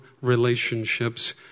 relationships